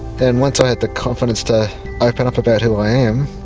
and once i had the confidence to open up about who i am,